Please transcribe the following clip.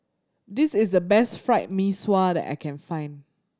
this is the best Fried Mee Sua that I can find